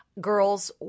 girls